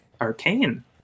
Arcane